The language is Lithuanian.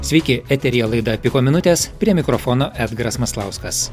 sveiki eteryje laida piko minutės prie mikrofono edgaras maslauskas